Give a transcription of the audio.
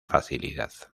facilidad